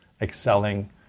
excelling